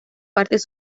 partes